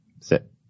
Sit